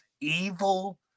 evil